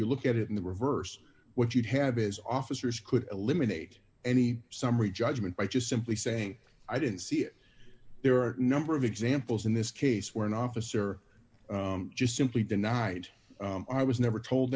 you look at it in the reverse what you'd have is officers could eliminate any summary judgment by just simply saying i didn't see it there are a number of examples in this case where an officer just simply denied i was never told